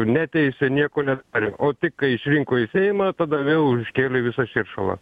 neteisė nieko nedarė o tik kai išrinko į seimą tada vėl iškėlė visą širšalą